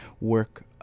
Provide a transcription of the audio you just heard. work